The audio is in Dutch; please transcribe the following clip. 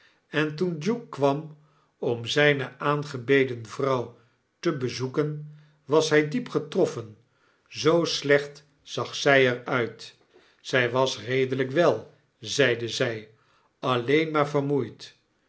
en toen duke kwam om zyne aangebeden vrouw te bezoeken was hy diep getroffen zoo slecht zag zy er uit zy was redelyk wej zeide zy alleen maar vermoeid